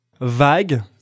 Vague